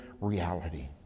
reality